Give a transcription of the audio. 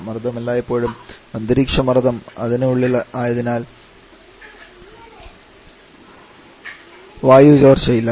മർദ്ദം എല്ലായ്പ്പോഴും അന്തരീക്ഷമർദ്ദതിന് ഉള്ളിൽ ആയതിനാൽ വായു ചോർച്ച ഇല്ല